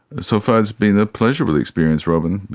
so far it's being a pleasurable experience robyn,